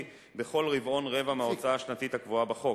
בכל רבעון רבע מההוצאה השנתית הקבועה בחוק.